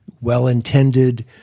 well-intended